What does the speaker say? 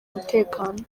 umutekano